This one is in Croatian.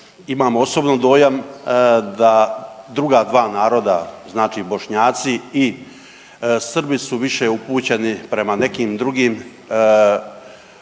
imam osobno dojam da druga dva naroda znači i Bošnjaci i Srbi su više upućeni prema nekim drugim